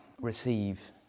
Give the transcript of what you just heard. receive